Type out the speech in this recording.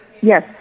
Yes